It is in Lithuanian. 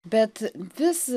bet vis